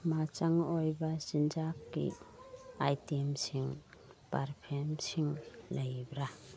ꯃꯆꯪ ꯑꯣꯏꯕ ꯆꯤꯟꯖꯥꯛꯀꯤ ꯑꯥꯏꯇꯦꯝꯁꯤꯡ ꯄꯔꯐ꯭ꯌꯨꯝꯁꯤꯡ ꯂꯩꯕ꯭ꯔꯥ